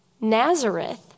Nazareth